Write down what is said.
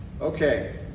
Okay